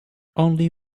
only